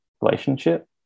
relationship